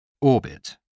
orbit